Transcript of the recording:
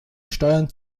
steuern